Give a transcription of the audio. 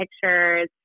pictures